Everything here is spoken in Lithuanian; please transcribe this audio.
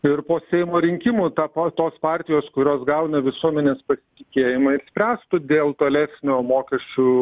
ir po seimo rinkimų ta pa tos partijos kurios gauna visuomenės pasitikėjimą ir spręstų dėl tolesnio mokesčių